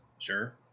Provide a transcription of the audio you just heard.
Sure